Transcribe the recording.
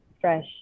fresh